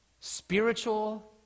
spiritual